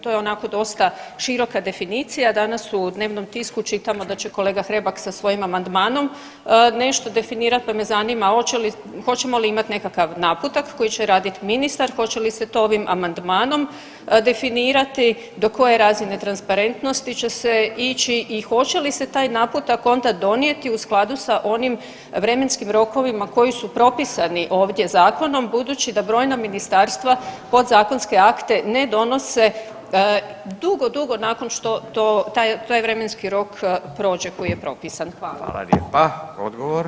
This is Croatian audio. To je onako dosta široka definicija, danas u dnevnom tisku čitamo da će kolega Hrebak sa svojim amandmanom nešto definirat pa me zanima hoćemo li imati nekakav naputak koji će raditi ministar, hoće li se to ovim amandmanom definirati, do koje razine transparentnosti će se ići i hoće li se taj naputak onda donijeti u skladu sa onim vremenskim rokovima koji su propisani ovdje zakonom, budući da brojna ministarstva podzakonske akte ne donose dugo, dugo nakon što taj vremenski rok prođe koji je propisan.